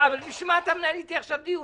אבל בשביל מה אתה מנהל איתי עכשיו דיון?